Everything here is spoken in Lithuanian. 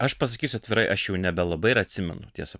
aš pasakysiu atvirai aš jau nebelabai ir atsimenu tiesa